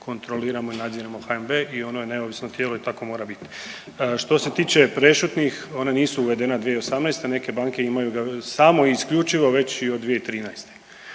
kontroliramo i ne nadziremo HNB i ono je neovisno tijelo i tako mora biti. Što se tiče prešutnih one nisu uvedena 2018., neke banke imaju ga samo i isključivo već i od 2013.